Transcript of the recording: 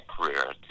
career